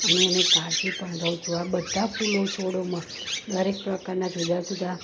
અને એની કાળજી પણ લઉં છું આ બધા ફૂલો છોડોમાં દરેક પ્રકારના જુદા જુદા